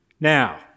Now